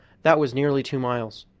that was nearly two miles.